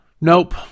nope